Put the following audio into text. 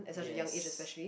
yes